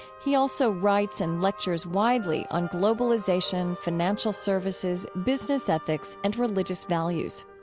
he also writes and lectures widely on globalization, financial services, business ethics and religious values.